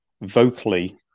vocally